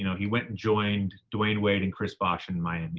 you know he went and joined dwyane wade and chris bosh in miami.